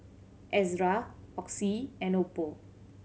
Ezerra Oxy and oppo